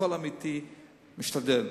הכול אמיתי, משתדל.